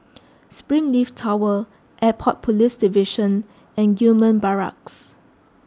Springleaf Tower Airport Police Division and Gillman Barracks